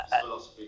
philosophy